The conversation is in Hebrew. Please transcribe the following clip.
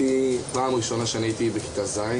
שירה, בוקר טוב.